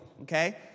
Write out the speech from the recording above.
okay